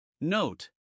Note